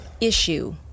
issue